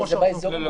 לא.